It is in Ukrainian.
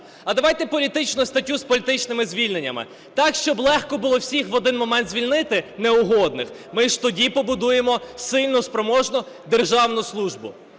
а давайте політичну статтю з політичними звільненнями, так, щоб легко було в один момент звільнити неугодних, ми ж тоді побудуємо сильну, спроможну державну службу.